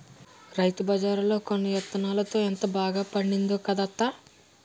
రైతుబజార్లో కొన్న యిత్తనాలతో ఎంత బాగా పండిందో కదా అత్తా?